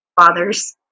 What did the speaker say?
fathers